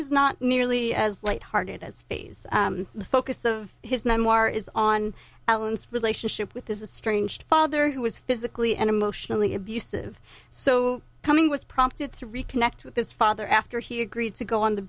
is not nearly as light hearted as phase the focus of his memoir is on allen's relationship with this is strange father who was physically and emotionally abusive so coming was prompted to reconnect with his father after he agreed to go on the